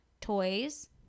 toys